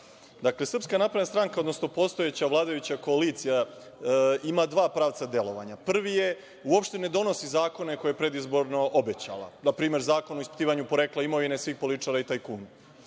narodu nisu uradili. Dakle, SNS odnosno postojeća vladajuća koalicija ima dva pravca delovanja. Prvi, je uopšte ne donosi zakone koje je predizborno obećala, na primer zakon o ispitivanju porekla imovine svih političara i tajkuna.